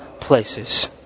places